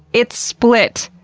it's split!